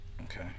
Okay